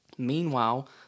Meanwhile